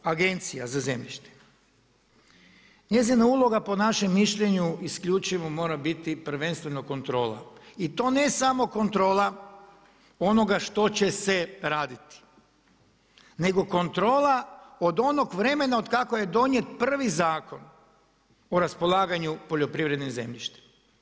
E sada, agencija za zemljište, njezina uloga po našem mišljenju isključivo mora biti prvenstveno kontrola i to ne samo kontrola onoga što će se raditi nego kontrola od onog vremena otkako je donijet prvi Zakon o raspolaganju poljoprivrednim zemljištem.